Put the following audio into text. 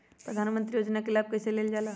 प्रधानमंत्री योजना कि लाभ कइसे लेलजाला?